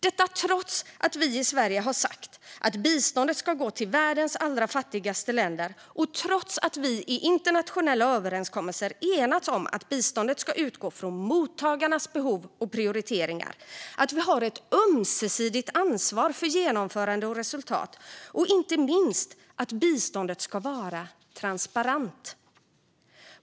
Detta sker trots att vi i Sverige har sagt att biståndet ska gå till världens allra fattigaste länder och trots att vi i internationella överenskommelser enats om att biståndet ska utgå från mottagarnas behov och prioriteringar, att vi har ett ömsesidigt ansvar för genomförande och resultat och, inte minst, att biståndet ska vara transparent.